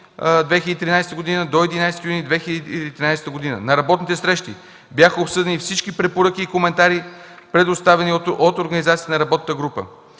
в периода 6-11 юни 2013 г. На работните срещи бяха обсъдени всички препоръки и коментари, предоставени от организациите на работната група.